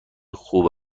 خوب